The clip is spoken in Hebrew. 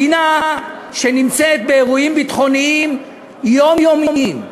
מדינה שנמצאת באירועים ביטחוניים יומיומיים,